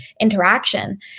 interaction